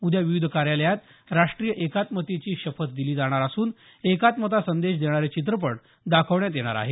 उद्या विविध कार्यालयांत राष्ट्रीय एकात्मतेची शपथ दिली जाणार असून एकात्मता संदेश देणारे चित्रपट दाखवण्यात येणार आहेत